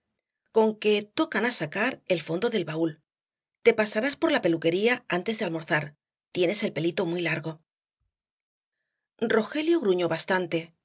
con que tocan á sacar el fondo del baúl te pasarás por la peluquería antes de almorzar tienes el pelito muy largo rogelio gruñó bastante